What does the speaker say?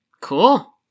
Cool